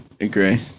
agree